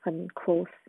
很 close